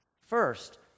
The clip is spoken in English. first